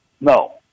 No